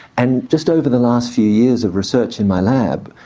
and just over the last few years of research in my lab,